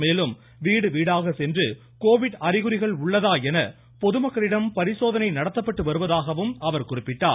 மேலும் வீடு வீடாக சென்று கோவிட் அறிகுறிகள் உள்ளதா என பரிசோதனை நடத்தப்பட்டு வருவதாகவும் அவர் குறிப்பிட்டார்